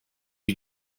you